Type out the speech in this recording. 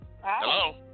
Hello